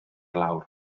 lawr